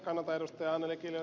kannatan ed